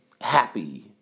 happy